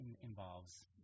involves